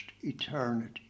eternity